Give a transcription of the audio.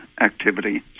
activity